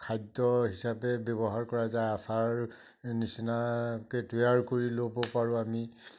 খাদ্য হিচাপে ব্যৱহাৰ কৰা যায় আচাৰ নিচিনাকৈ তৈয়াৰ কৰি ল'ব পাৰোঁ আমি